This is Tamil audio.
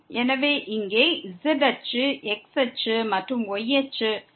எனவே இங்கே z அச்சு x அச்சு மற்றும் y அச்சு